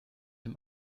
dem